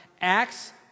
Acts